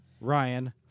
Ryan